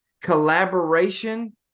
collaboration